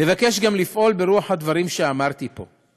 נבקש גם לפעול ברוח הדברים שאמרתי פה.